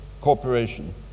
Corporation